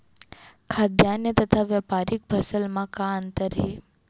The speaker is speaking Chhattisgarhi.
खाद्यान्न तथा व्यापारिक फसल मा का अंतर हे?